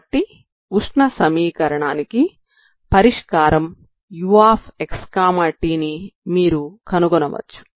కాబట్టి ఉష్ణ సమీకరణానికి పరిష్కారం uxt ని మీరు కనుగొనవచ్చు